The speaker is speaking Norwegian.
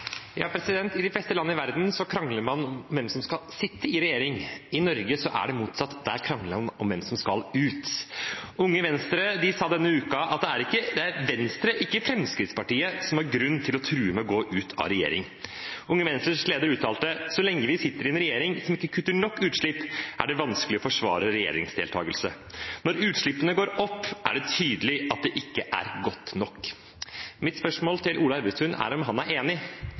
I de fleste land i verden krangler man om hvem som skal sitte i regjering. I Norge er det motsatt, der krangler man om hvem som skal ut. Unge Venstre sa denne uken at det er Venstre, ikke Fremskrittspartiet, som har grunn til å true med å gå ut av regjering. Unge Venstres leder uttalte: «Så lenge vi sitter i en regjering som ikke kutter nok utslipp, er det vanskelig for oss å forsvare regjeringsdeltakelse. Når utslippene nå går opp med 0,4 prosent er det tydelig at det ikke er godt nok.» Mitt spørsmål til Ola Elvestuen er om han er enig.